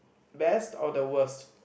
best or the worst